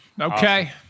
Okay